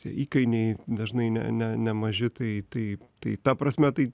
tie įkainiai dažnai ne ne nemaži tai taip tai ta prasme tai